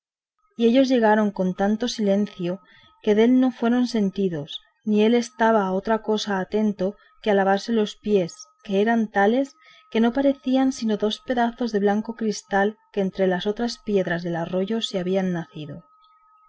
y ellos llegaron con tanto silencio que dél no fueron sentidos ni él estaba a otra cosa atento que a lavarse los pies que eran tales que no parecían sino dos pedazos de blanco cristal que entre las otras piedras del arroyo se habían nacido